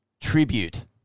tribute